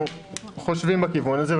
אנחנו חושבים בכיוון הזה,